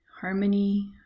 harmony